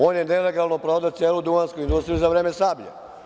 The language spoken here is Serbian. On je nelegalno prodao celu duvansku industriju za vreme „Sablje“